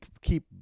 keep